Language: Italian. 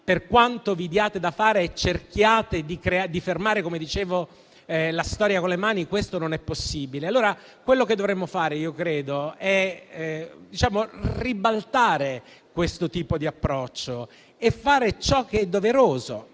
per quanto vi diate da fare e cerchiate di fermare la storia con le mani, ciò non è possibile. Ciò che dovremmo fare è ribaltare questo tipo di approccio e fare ciò che è doveroso: